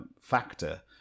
factor